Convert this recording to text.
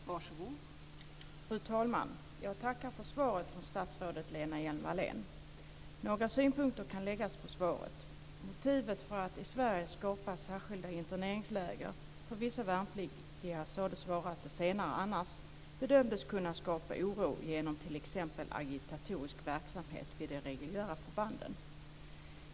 Fru talman! Jag tackar för svaret från statsrådet Lena Hjelm-Wallén. Några synpunkter kan anläggas på svaret. Motivet för att i Sverige skapa särskilda interneringsläger för vissa värnpliktiga sades vara att de senare annars bedömdes kunna skapa oro genom t.ex. agitatorisk verksamhet vid de reguljära förbanden.